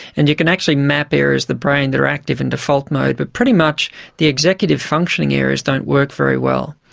and you can actually map areas of the brain that are active in default mode, but pretty much the executive functioning areas don't work very well,